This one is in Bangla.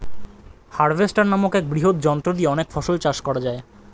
হার্ভেস্টার নামক এক বৃহৎ যন্ত্র দিয়ে অনেক ফসল চাষ করা যায়